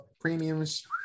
premiums